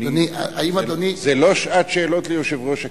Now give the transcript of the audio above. זה לא שעת שאלות ליושב-ראש הכנסת.